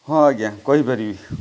ହଁ ଆଜ୍ଞା କହିପାରିବି